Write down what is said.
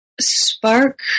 spark